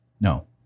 no